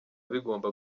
bigomba